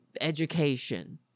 education